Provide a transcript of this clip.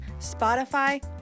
Spotify